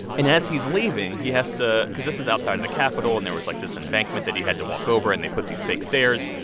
and as he's leaving, he has to because this is outside of the capitol, and there was, like, this embankment that he had to walk over, and they put these fake stairs.